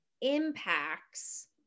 impacts